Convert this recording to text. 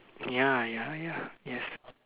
ya ya ya yes